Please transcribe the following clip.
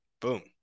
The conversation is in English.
Boom